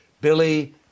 Billy